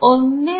1